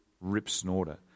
rip-snorter